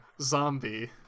zombie